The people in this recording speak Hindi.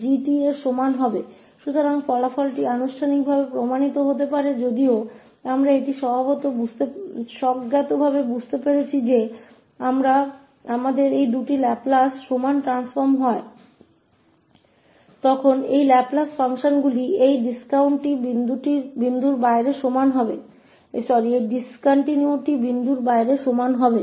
इसलिए परिणाम को औपचारिक रूप से भी सिद्ध किया जा सकता है हालांकि हमने इसे सहज रूप से समझा है कि जब हमारे पास दो लाप्लास ट्रांसफॉर्म बराबर होते हैं तो जिन फंक्शनों के लाप्लास ये फंक्शन होते हैं वे फंक्शन discontinuities के बिंदुओं के अलावा या बाहर समान होंगे